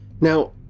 Now